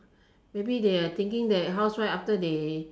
maybe they are thinking that housewives after they